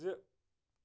زٕ